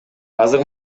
азыр